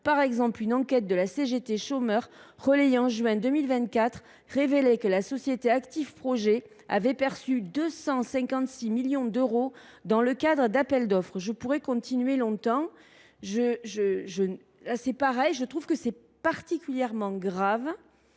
Par exemple, une enquête de la CGT Chômeurs, relayée en juin 2024, révélait que la société Activ’Projet avait perçu 256 millions d’euros dans le cadre d’appels d’offres. Je pourrais continuer longtemps : de tels exemples sont légion. C’est particulièrement grave